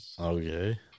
Okay